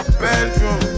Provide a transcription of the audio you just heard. bedroom